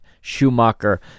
Schumacher